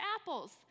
apples